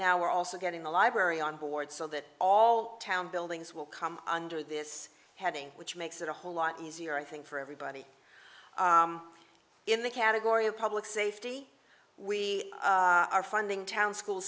now we're also getting the library on board so that all town buildings will come under this heading which makes it a whole lot easier i think for everybody in the category of public safety we are funding town school